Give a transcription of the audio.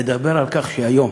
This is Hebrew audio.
נדבר על כך שהיום,